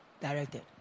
directed